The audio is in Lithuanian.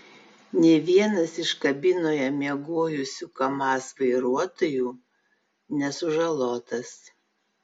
nė vienas iš kabinoje miegojusių kamaz vairuotojų nesužalotas